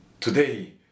today